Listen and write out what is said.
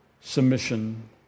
submission